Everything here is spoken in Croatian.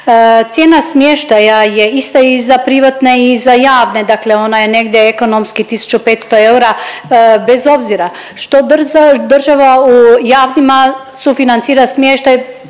Cijena smještaja je ista i za privatne i za javne, dakle ona je negdje ekonomski 1.500 eura bez obzira što država u javnima sufinancira smještaj